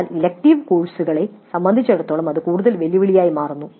എന്നാൽ ഇലക്ടീവ് കോഴ്സുകളെ സംബന്ധിച്ചിടത്തോളം ഇത് കൂടുതൽ വെല്ലുവിളിയായി മാറുന്നു